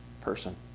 person